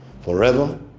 forever